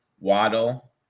Waddle